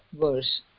verse